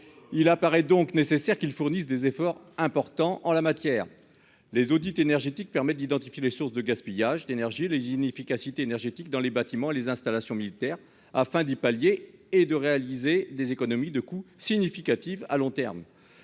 Il apparaît donc nécessaire qu'ils fournissent des efforts importants en la matière, les audits énergétiques permet d'identifier les sources de gaspillage d'énergie les inefficacité énergétique dans les bâtiments les installations militaires afin d'y pallier et de réaliser des économies de coûts significatives à long terme.